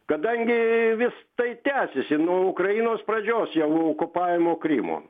kadangi vis tai tęsiasi nuo ukrainos pradžios jau okupavimo krymo